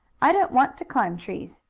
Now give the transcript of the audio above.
i don't want to climb trees.